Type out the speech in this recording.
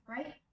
Right